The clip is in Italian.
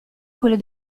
quello